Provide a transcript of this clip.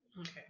Okay